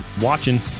watching